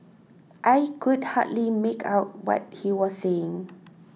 I could hardly make out what he was saying